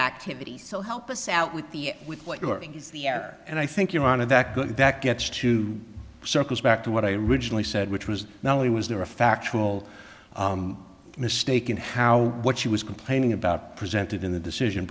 activity so help us out with the with what you're saying is the air and i think your honor that good that gets two circles back to what i originally said which was not only was there a factual mistake in how what she was complaining about presented in the decision